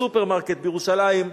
בסופרמרקט בירושלים,